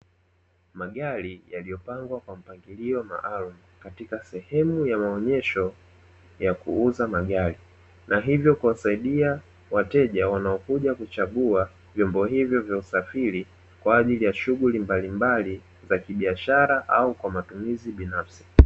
Magari yaliyopangwa kwa mpangilio maalumu katika sehemu ya maonyesho ya kuuza magari, na hivyo kuwasaidia wateja wanaokuja kuchagua vyombo hivyo vya usafiri kwa ajili ya shughuli mbalimbali za kibiashara au kwa matumizi binafsi.